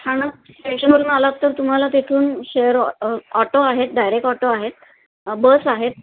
ठाणा स्टेशवरून आला तर तुम्हाला तिथून शेअर ऑ ऑटो आहेत डायरेक्ट ऑटो आहेत बस आहेत